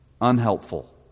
unhelpful